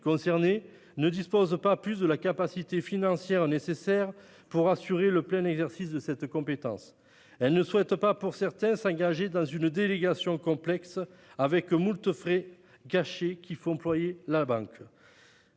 concernées ne disposent pas davantage des capacités financières nécessaires pour assumer le plein exercice de cette compétence. Certaines d'entre elles ne souhaitent pas s'engager dans une délégation complexe, avec moult frais cachés qui font ployer la barque.